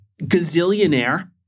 gazillionaire